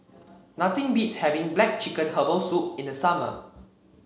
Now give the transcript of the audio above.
nothing beats having black chicken Herbal Soup in the summer